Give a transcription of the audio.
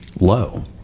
low